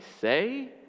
say